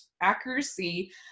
accuracy